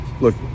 look